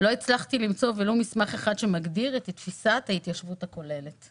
לא הצלחתי למצוא ולו מסמך אחד שמגדיר את תפיסת ההתיישבות הכוללת.